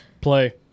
Play